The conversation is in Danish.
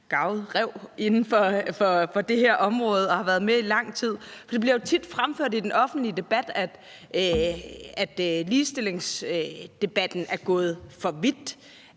garvet ræv inden for det område og har været med i lang tid. Det bliver jo tit fremført i den offentlige debat, at ligestillingsdebatten er gået for vidt,